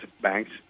banks